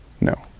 No